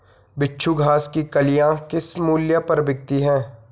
बिच्छू घास की कलियां किस मूल्य पर बिकती हैं?